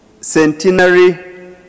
centenary